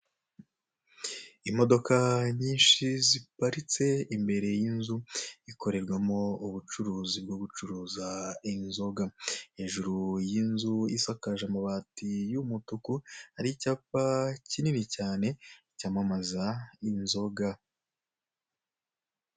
Imodoka nyinshi ziparitse imbere y'inzu ikorerwmo ubucuruzi bwo gucuruza inzoga, hejuru y'inzu isakajwe amabati y'umutuku hari icyapa kinini cyamamaza inzoga.